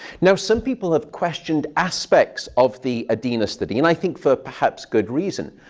now, some people have questioned aspects of the edina study, and i think for perhaps good reason.